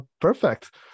perfect